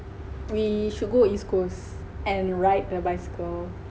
we should go east coast and ride the bicycle